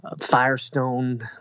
Firestone